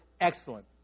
excellent